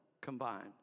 combined